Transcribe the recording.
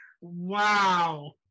Wow